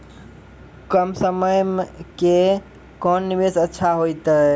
कम समय के कोंन निवेश अच्छा होइतै?